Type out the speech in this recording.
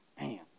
Man